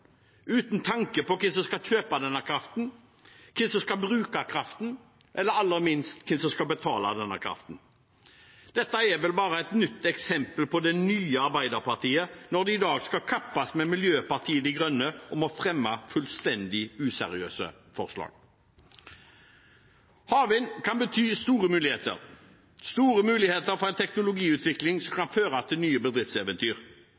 uten tanke på hvem som skal kjøpe denne kraften, hvem som skal bruke kraften, eller aller minst hvem som skal betale denne kraften. Dette er vel bare et nytt eksempel på det nye Arbeiderpartiet, når de i dag skal kappes med Miljøpartiet De Grønne om å fremme fullstendig useriøse forslag. Havvind kan bety store muligheter for en teknologiutvikling som kan føre til nye bedriftseventyr,